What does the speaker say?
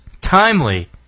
timely